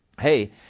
hey